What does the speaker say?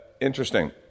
Interesting